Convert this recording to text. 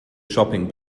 shopping